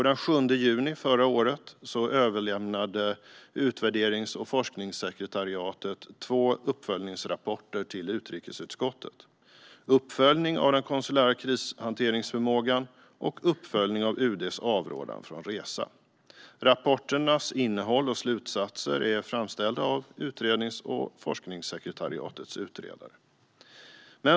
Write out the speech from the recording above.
Den 7 juni förra året överlämnade utvärderings och forskningssekretariatet två uppföljningsrapporter till utrikesutskottet: Uppföljning av den konsulära krishanteringsförmågan och Uppföljning av UD:s avrådan från resa . Rapporternas innehåll och slutsatser är framställda av utvärderings och forskningssekretariatets utredare.